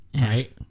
right